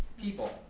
people